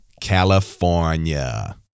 California